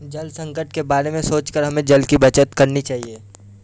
जल संकट के बारे में सोचकर हमें जल की बचत करनी चाहिए